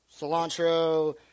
cilantro